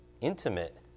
intimate